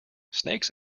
snakes